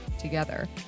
together